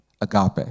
Agape